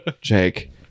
Jake